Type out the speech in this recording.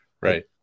Right